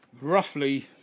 roughly